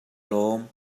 lawm